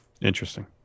Interesting